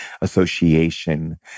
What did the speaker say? association